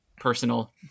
personal